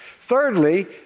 Thirdly